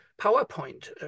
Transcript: PowerPoint